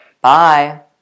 Bye